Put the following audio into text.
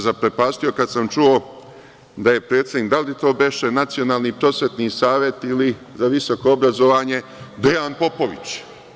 Zaprepastio sam se kada sam čuo da je predsednik, da li to beše Nacionalni prosvetni savet ili za visoko obrazovanje, Dejan Popović.